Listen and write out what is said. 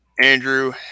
Andrew